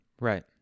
right